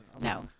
no